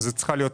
זאת צריכה להיות